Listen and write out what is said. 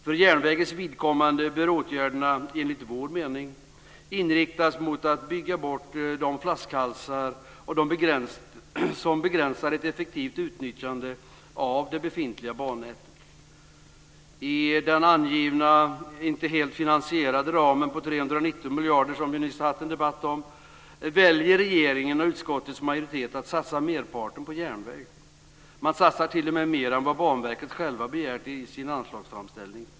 För järnvägens vidkommande bör åtgärderna enligt vår mening inriktas mot att bygga bort de flaskhalsar som begränsar ett effektivt utnyttjande av det befintliga bannätet. I den angivna men inte helt finansierade ramen på 319 miljarder som vi nyss har haft en debatt om väljer regeringen och utskottets majoritet att satsa merparten på järnväg. Man satsar t.o.m. mer än vad man från Banverket självt har begärt i sin anslagsframställning.